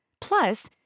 Plus